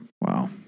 Wow